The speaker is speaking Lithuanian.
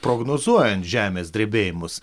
prognozuojant žemės drebėjimus